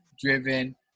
driven